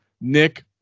Nick